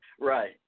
Right